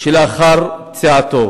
שלאחר פציעתו.